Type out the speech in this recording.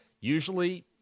usually –